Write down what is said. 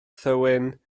thywyn